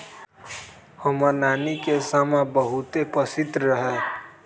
हमर नानी के समा बहुते पसिन्न रहै